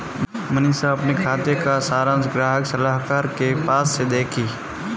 मनीषा अपने खाते का सारांश ग्राहक सलाहकार के पास से देखी